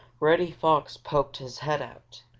reddy fox poked his head out